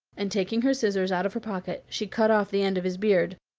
and taking her scissors out of her pocket she cut off the end of his beard.